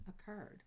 occurred